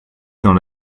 dans